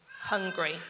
hungry